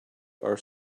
our